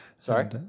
Sorry